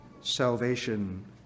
Salvation